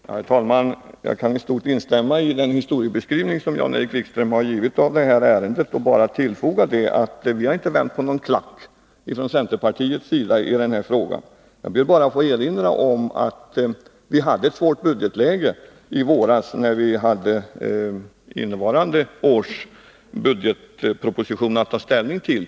Herr talman! Jag kan i stort sett instämma i den historieskrivning som Tisdagen den Jan-Erik Wikström har givit oss i det här ärendet och bara tillfoga att vi från 14 december 1982 centerpartiets sida alls inte har vänt på klacken i den här frågan. Jag ber att få erinra om att vi hade ett svårt budgetläge i våras när vi hade Bidrag till folkbibinnevarande års budgetproposition att ta ställning till.